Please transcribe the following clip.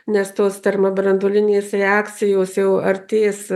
nes tos termobranduolinės reakcijos jau artės